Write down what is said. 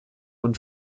und